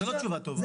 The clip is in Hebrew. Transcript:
זאת לא תשובה טובה,